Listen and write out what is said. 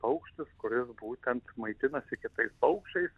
paukštis kuris būtent maitinasi kitais paukščiais